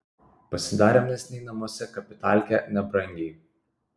pasidarėm neseniai namuose kapitalkę nebrangiai